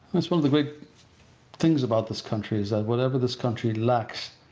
that's one of the great things about this country, is that whatever this country lacks,